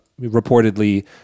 reportedly